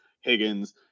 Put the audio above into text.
Higgins